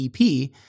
EP